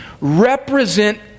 represent